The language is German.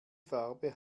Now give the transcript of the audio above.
farbe